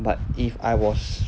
but if I was